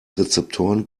rezeptoren